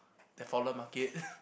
their fallen market